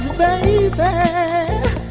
baby